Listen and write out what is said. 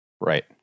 Right